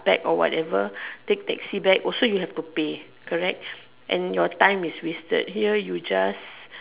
back or whatever take taxi back also you have to pay correct and your time is wasted here you just